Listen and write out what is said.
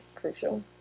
Crucial